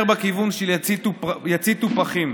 יותר בכיוון של יציתו פחים.